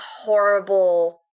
horrible